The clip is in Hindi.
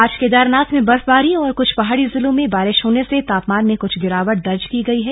आज केदारनाथ में बर्फबारी और कुछ पहाड़ी जिलों में बारिश होने से तापमान में कुछ गिरावट दर्ज की गई है